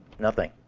nothing.